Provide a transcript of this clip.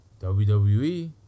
WWE